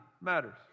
matters